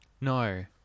No